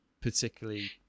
particularly